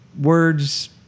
words